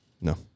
No